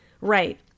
right